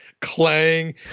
clang